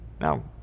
Now